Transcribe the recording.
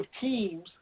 teams